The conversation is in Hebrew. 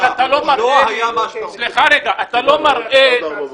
אבל אתה לא מראה לי